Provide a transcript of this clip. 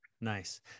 nice